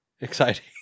exciting